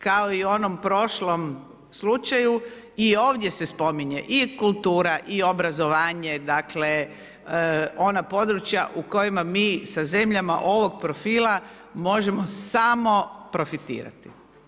Kao i u onom prošlom slučaju i ovdje se spominje i kultura i obrazovanje, dakle, ona područja u kojima mi sa zemljama ovog profila, možemo samo profitirati.